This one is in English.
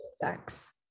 sex